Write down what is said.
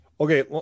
Okay